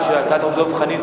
התרת שימוש חוזר במי דלוחין),